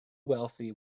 wealthy